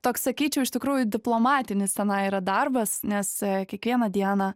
toks sakyčiau iš tikrųjų diplomatinis tenai yra darbas nes kiekvieną dieną